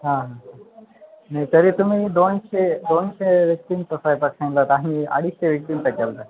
हां हां नाही तरी तुम्ही दोनशे दोनशे व्यक्तींचा स्वयंपाक सांगितला होता आम्ही अडीचशे व्यक्तींचा केला होता